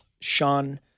sean